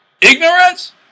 ignorance